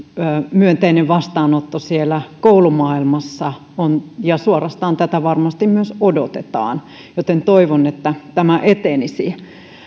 myönteinen vastaanotto siellä koulumaailmassa on ja tätä varmasti suorastaan myös odotetaan joten toivon että tämä etenisi